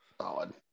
Solid